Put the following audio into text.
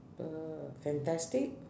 ~per fantastic